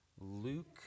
Luke